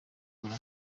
biri